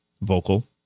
vocal